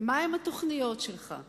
מהן התוכניות שלך?